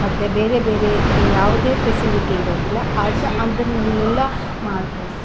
ಮತ್ತು ಬೇರೆ ಬೇರೆ ಯಾವುದೇ ಫೆಸಿಲಿಟಿ ಇರೋದಿಲ್ಲ ಅದು ಅದನ್ನೆಲ್ಲ ಮಾತಾಡಿಸಿ